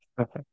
Okay